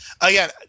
again